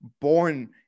born